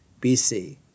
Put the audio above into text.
BC